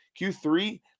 Q3